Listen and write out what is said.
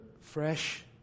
fresh